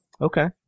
Okay